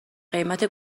قیمت